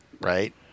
Right